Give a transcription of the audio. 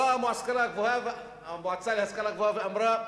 באה המועצה להשכלה גבוהה ואמרה: